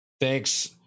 Thanks